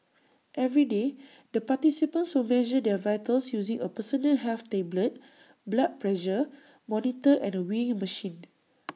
every day the participants will measure their vitals using A personal health tablet blood pressure monitor and A weighing machine